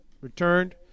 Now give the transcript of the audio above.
returned